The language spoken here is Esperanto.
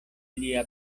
lia